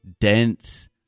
dense